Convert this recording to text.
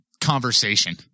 conversation